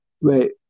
Wait